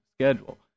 schedule